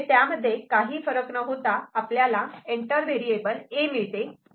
त्यामध्ये काही फरक न होता आपल्याला एंटर व्हेरिएबल A मिळते